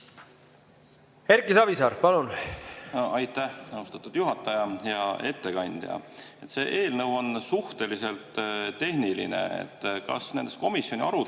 Erki Savisaar, palun! Aitäh, austatud juhataja! Hea ettekandja! See eelnõu on suhteliselt tehniline. Kas nendes komisjoni aruteludes